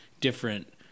different